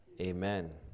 Amen